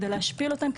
כדי להשפיל אותן,